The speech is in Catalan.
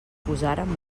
posàrem